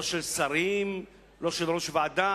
לא של שרים ולא של יושב-ראש ועדה.